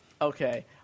Okay